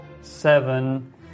seven